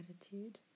attitude